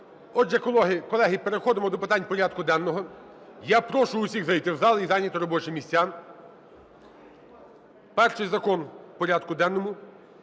Отже, колеги, переходимо до питань порядку денного. Я прошу усіх зайти в зал і зайняти робочі місця. Перший закон в порядку денному